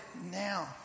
now